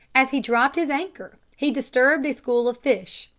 as he dropped his anchor he disturbed a school of fish,